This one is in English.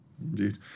Indeed